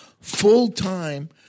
full-time